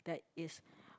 that is